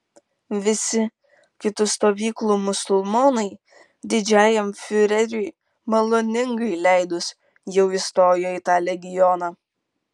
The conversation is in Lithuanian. visi kitų stovyklų musulmonai didžiajam fiureriui maloningai leidus jau įstojo į tą legioną